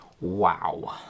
Wow